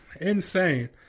Insane